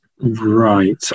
Right